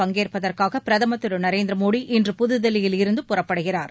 பங்கேற்பதற்காக பிரதமர் திரு நரேந்திர மோடி இன்று புதுதில்லியில் இருந்து புறப்படுகிறார்